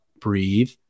breathe